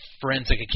forensic